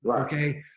Okay